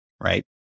right